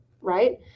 right